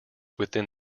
within